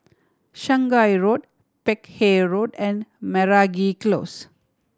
Shanghai Road Peck Hay Road and Meragi Close